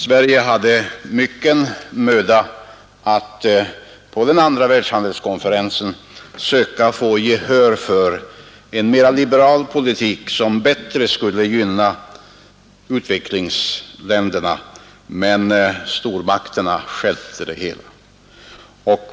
Sverige bemödade sig på den andra världshandelskonferensen mycket för att söka få gehör för en mera liberal politik som bättre skulle gynna utvecklingsländerna, men stormakterna stjälpte det hela.